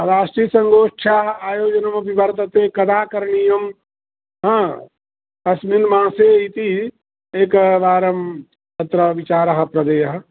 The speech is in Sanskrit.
राष्ट्रीयसङोष्ठ्या आयोजनमपि वर्तते कदा करणीयं कस्मिन् मासे एकवारमत्र विचारः प्रदेयः